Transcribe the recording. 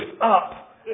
up